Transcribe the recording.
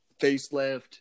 Facelift